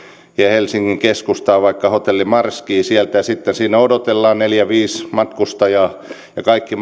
helsingin keskustaan vaikka hotelli marskiin sieltä sitten siinä odotellaan neljä viiva viisi matkustajaa ja kaikki